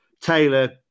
Taylor